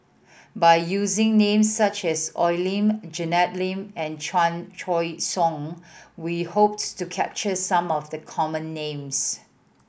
by using names such as Oi Lin Janet Lim and Chan Choy Siong we hope to capture some of the common names